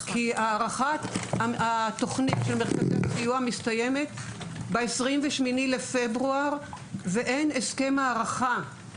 כי הארכת התוכנית של מרכזי הסיוע מסתיימת ב-28 בפברואר ואין הסכם הארכה.